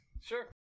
Sure